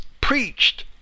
preached